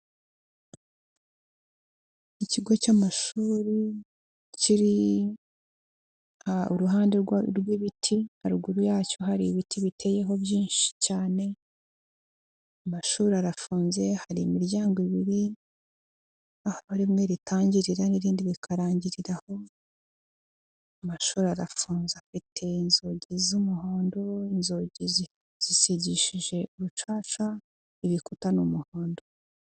Ikigo cy'amashuri kiri uruhande rw'ibiti, haruguru yacyo hari ibiti biteyeho byinshi cyane, amashuri arafunze, hari imiryango ibiri ,aho rimwe ritangirira n'indi rikarangirira, aho amashuri arafunze afite inzugi z'umuhondo, inzugi zisigishije urucaca, ibikuta ni umuhondo.